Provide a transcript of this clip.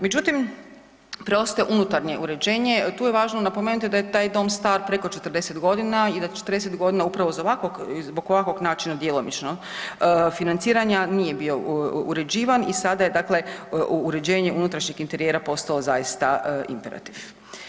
Međutim, preostaje unutarnje uređenje, tu je važno napomenuti da je taj dom star preko 40.g. i da 40.g. upravo zbog ovakvog načina djelomično financiranja nije bio uređivan i sada je dakle uređenje unutrašnjeg interijera postalo zaista imperativ.